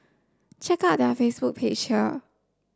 check out their Facebook page here